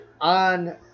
on